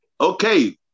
Okay